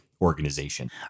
organization